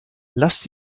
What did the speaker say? lasst